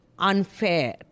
Unfair